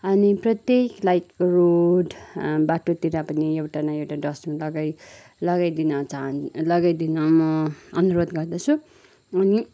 अनि प्रत्येक like road बाटोतिर पनि एउटा न एउटा डस्टबिन लगाइ लगाइदिन चाहन् लगाइदिन म अनुरोध गर्दछु अनि